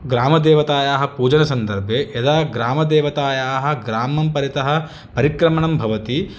ग्रामदेवतायाः पूजनसन्दर्भे यदा ग्रामदेवतायाः ग्रामं परितः परिक्रमणं भवति